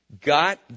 got